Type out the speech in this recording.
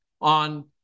on